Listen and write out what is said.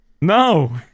No